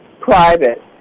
private